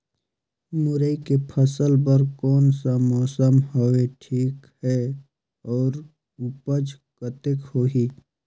मुरई के फसल बर कोन सा मौसम हवे ठीक हे अउर ऊपज कतेक होही?